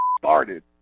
started